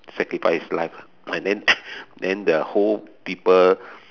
sacrifice his life and then then the whole people